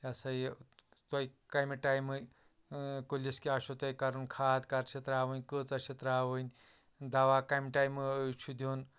یہِ سا یہِ تۄہہِ کَمہِ ٹایمہٕ کُلِس کیٛاہ چھُو تۄہہِ کَرُن کھاد کَر چھِ ترٛاؤنۍ کۭژاہ چھِ ترٛاؤنۍ دوا کَمہِ ٹایمہٕ چھُ دیُن